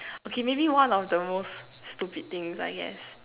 okay maybe one of the most stupid things I guess